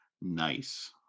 Nice